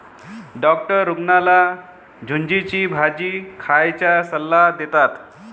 doctor रुग्णाला झुचीची भाजी खाण्याचा सल्ला देतात